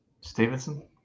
Stevenson